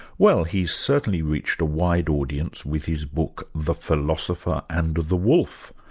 well he certainly reached a wide audience with his book the philosopher and the wolf,